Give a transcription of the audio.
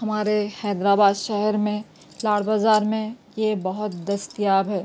ہمارے حیدرآباد شہر میں لال بازار میں یہ بہت دستیاب ہے